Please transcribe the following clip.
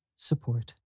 Support